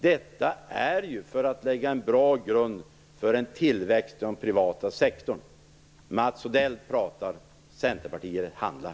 Detta gör vi för att lägga en bra grund för en tillväxt inom den privata sektorn. Mats Odell pratar, centerpartister handlar.